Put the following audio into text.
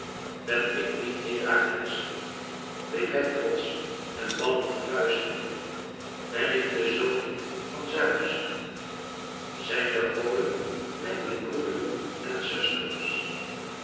ben ik niet herakles riep hij trotsch en ballend de vuisten ben ik de zoon niet van zeus zijn de goden mij niet broederen en zusteren